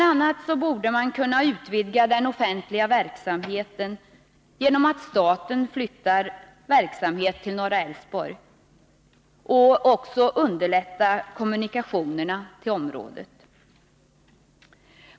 a. borde man kunna utvidga den offentliga verksamheten genom att staten flyttar verksamhet till norra Älvsborg och också underlättar kommunikationerna till området.